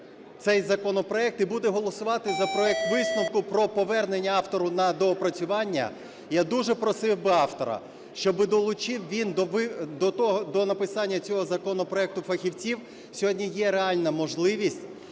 цей законопроект, і буде голосувати за проект висновку про повернення автору на доопрацювання. Я дуже просив би автора, щоби долучив він до написання цього законопроекту фахівців, сьогодні є реальна можливість